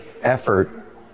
effort